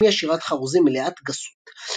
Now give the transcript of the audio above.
שהשמיע שירת חרוזים מלאת גסות.